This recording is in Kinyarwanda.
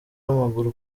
wamaguru